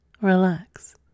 relax